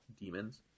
demons